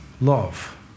Love